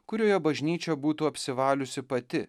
kurioje bažnyčia būtų apsivaliusi pati